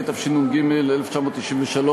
התשנ"ג 1993,